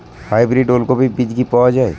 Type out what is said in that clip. Hybrid ওলকফি বীজ কি পাওয়া য়ায়?